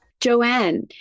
Joanne